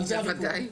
בוודאי.